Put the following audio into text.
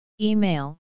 Email